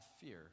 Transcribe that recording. fear